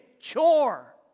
chore